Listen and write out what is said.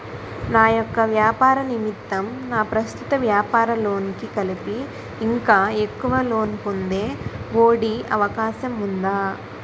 నా యెక్క వ్యాపార నిమిత్తం నా ప్రస్తుత వ్యాపార లోన్ కి కలిపి ఇంకా ఎక్కువ లోన్ పొందే ఒ.డి అవకాశం ఉందా?